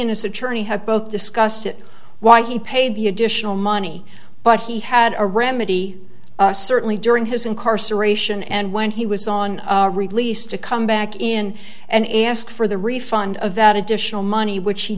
and his attorney have both discussed it why he paid the additional money but he had a remedy certainly during his incarceration and when he was on release to come back in and ask for the refund of that additional money which he